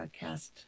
podcast